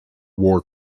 war